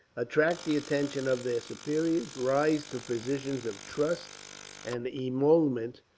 attract the attention of their superiors, rise to positions of trust and emolument.